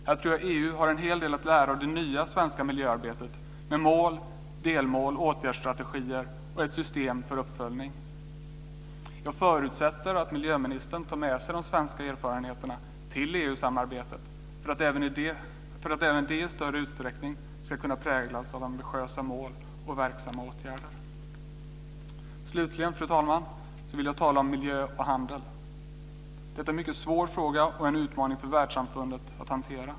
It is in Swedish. Här tror jag att EU har en hel del att lära av det nya svenska miljöarbetet med mål, delmål, åtgärdsstrategier och ett system för uppföljning. Jag förutsätter att miljöministern tar med sig de svenska erfarenheterna till EU-samarbetet för att även det i större utsträckning ska kunna präglas av ambitiösa mål och verksamma åtgärder. Slutligen, fru talman, vill jag tala om miljö och handel. Detta är en mycket svår fråga och en utmaning för världssamfundet att hantera.